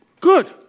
Good